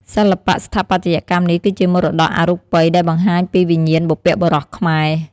សិល្បៈស្ថាបត្យកម្មនេះគឺជាមរតកអរូបិយដែលបង្ហាញពីវិញ្ញាណបុព្វបុរសខ្មែរ។